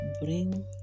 bring